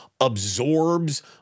absorbs